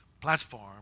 platform